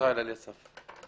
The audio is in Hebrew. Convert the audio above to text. ישראל אליסף.